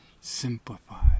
simplify